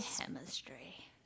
Chemistry